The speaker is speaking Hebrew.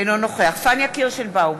אינו נוכח פניה קירשנבאום,